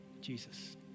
Jesus